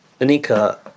Anika